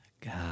God